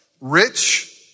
Rich